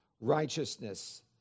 righteousness